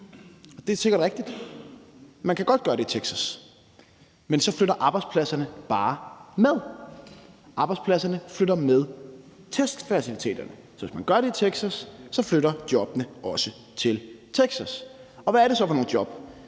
Det er sikkert rigtigt. Man kan godt gøre det i Texas, men så flytter arbejdspladserne bare med. Arbejdspladserne flytter med testfaciliteterne. Så hvis man gør det i Texas, flytter jobbene også til Texas, og hvad er det så for nogle job?